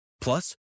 Plus